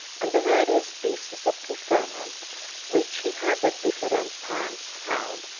and the various pieces of preferment which he has at different times held,